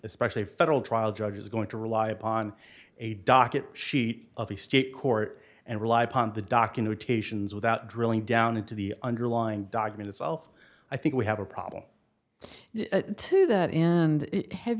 especially a federal trial judge is going to rely upon a docket sheet of the state court and rely upon the documentations without drilling down into the underlying document itself i think we have a problem to that and have